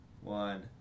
One